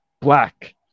black